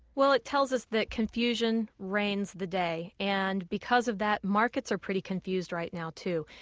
well, it tells us that confusion reigns the day. and because of that, markets are pretty confused right now too.